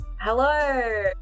Hello